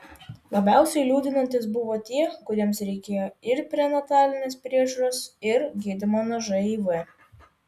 labiausiai liūdinantys buvo tie kuriems reikėjo ir prenatalinės priežiūros ir gydymo nuo živ